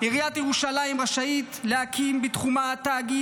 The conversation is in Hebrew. עיריית ירושלים רשאית להקים בתחומה תאגיד